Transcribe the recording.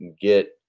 get